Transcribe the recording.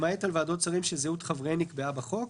למעט על ועדות שרים שזהות חבריהן נקבעה בחוק,